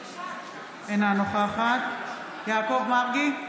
אינה נוכחת יעקב מרגי,